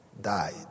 died